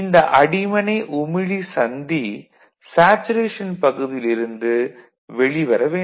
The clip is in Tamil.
இந்த அடிமனை உமிழி சந்தி சேச்சுரேஷன் பகுதியில் இருந்து வெளி வர வேண்டும்